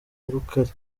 rukali